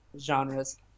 genres